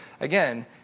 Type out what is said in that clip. again